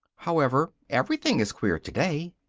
however, every thing is queer today.